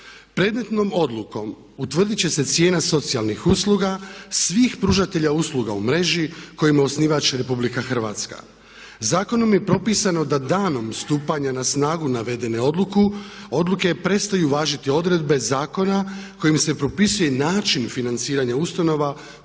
Predmetnom odlukom utvrdit će se cijena socijalnih usluga svih pružatelja usluga u mreži kojima je osnivač Republika Hrvatska. Zakonom je propisano da danom stupanja na snagu navedene odluke prestaju važiti odredbe zakona kojim se propisuje način financiranja ustanova